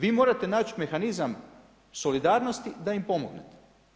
Vi morate naći mehanizam solidarnosti da im pomognete.